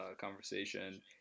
conversation